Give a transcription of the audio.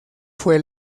fue